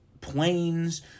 planes